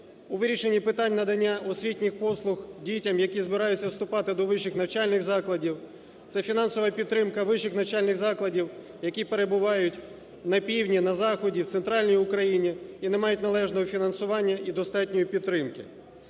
у вирішенні питань надання освітніх послуг дітям, які збираються вступати до вищих навчальних закладів. Це фінансова підтримка вищих навчальних закладів, які перебувають на півдні, на заході, в Центральній Україні і не мають належного фінансування і достатньої підтримки.